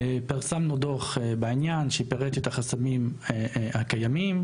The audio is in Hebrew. פרסמנו דוח בעניין שפירט את החסמים הקיימים,